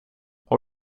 har